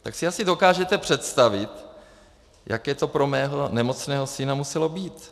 Tak si asi dokážete představit, jaké to pro mého nemocného syna muselo být.